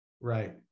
Right